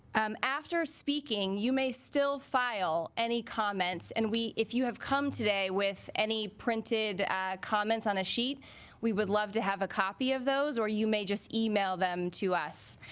um after speaking you may still file any comments and we if you have come today with any printed comments on a sheet we would love to have a copy of those or you may just email them to us